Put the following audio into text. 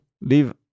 leave